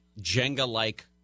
Jenga-like